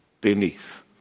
beneath